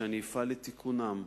שאני אפעל לתיקונם.